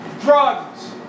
drugs